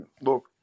look